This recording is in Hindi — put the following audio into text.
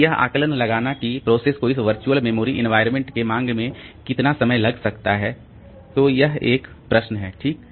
तो यह आकलन लगाना की एक प्रोसेस को इस वर्चुअल मेमोरी एनवायरमेंट के मांग में कितना समय लग सकता है तो यह एक प्रश्न है ठीक